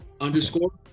Underscore